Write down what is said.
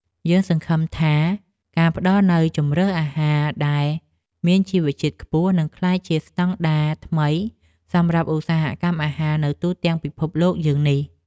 យើងសង្ឃឹមថាការផ្តល់នូវជម្រើសអាហារដែលមានជីវជាតិខ្ពស់នឹងក្លាយជាស្តង់ដារថ្មីសម្រាប់ឧស្សាហកម្មអាហារនៅទូទាំងពិភពលោកយើងនេះ។